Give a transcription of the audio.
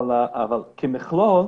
אבל כמכלול